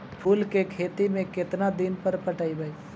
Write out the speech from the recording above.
फूल के खेती में केतना दिन पर पटइबै?